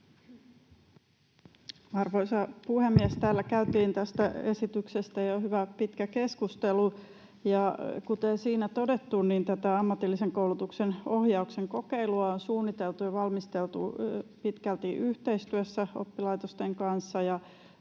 Arvoisa puhemies! Täällä käytiin tästä esityksestä jo hyvä, pitkä keskustelu, ja kuten siinä todettu, tätä ammatillisen koulutuksen ohjauksen kokeilua on suunniteltu ja valmisteltu pitkälti yhteistyössä oppilaitosten kanssa,